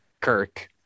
Kirk